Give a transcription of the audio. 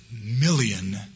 million